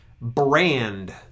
brand